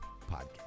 podcast